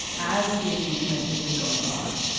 as the impeachment has been going on,